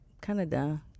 Canada